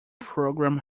program